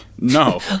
no